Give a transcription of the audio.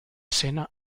sena